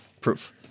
Proof